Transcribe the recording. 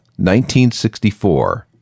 1964